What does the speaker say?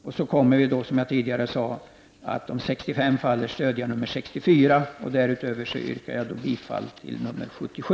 Om reservation 65 faller stöder vi reservation 64. Därutöver yrkar jag bifall till reservation 77.